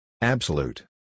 Absolute